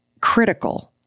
critical